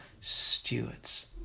stewards